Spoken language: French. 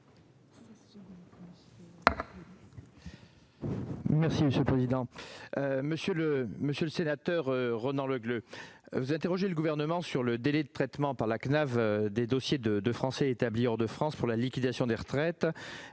secrétaire d'État. Monsieur le sénateur Ronan Le Gleut, vous interrogez le Gouvernement sur le délai de traitement par la CNAV des dossiers de Français établis hors de France pour la liquidation des retraites,